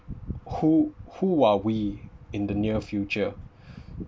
who who are we in the near future